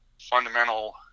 fundamental